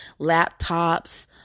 laptops